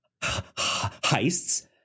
heists